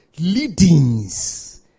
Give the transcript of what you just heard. Leadings